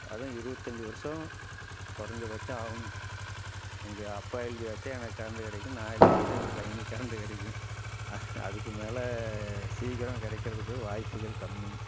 அதுதான் இருபத்தஞ்சி வருடம் குறைஞ்சபட்சம் ஆகணும் எங்கள் அப்பா எழுதி வச்சால் எனக்கு கரண்டு கிடைக்கும் நான் எழுதி வச்சால் எங்கள் பையனுக்கு கரண்டு கிடைக்கும் அதுக்குமேலே சீக்கிரம் கிடைக்கிறதுக்கு வாய்ப்புகள் கம்மி